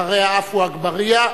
אחריה, עפו אגבאריה.